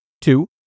Two